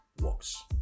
works